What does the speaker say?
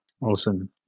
Awesome